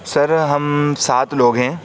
سر ہم سات لوگ ہیں